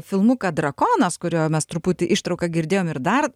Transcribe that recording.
filmuką drakonas kurio mes truputį ištrauką girdėjom ir dar